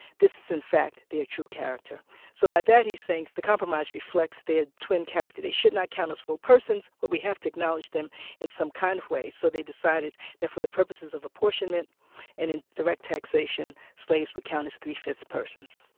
this is in fact their true character so by that he's saying the compromise reflects their ah twin character. they should not count as full persons, but we have to acknowledge them in some kind of way. so they decided that for the purposes of apportionment and in direct taxation, slaves would count as three-fifths persons